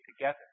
together